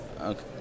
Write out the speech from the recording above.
Okay